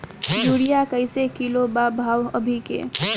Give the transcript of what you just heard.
Urea कइसे kilo बा भाव अभी के?